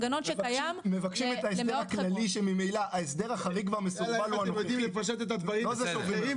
מבקשים את ההסדר הכללי שממילא --- כמו כל חברה,